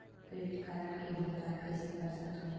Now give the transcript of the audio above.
Credit card के भुगतान कइसने कर सकथो?